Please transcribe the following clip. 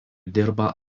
dirba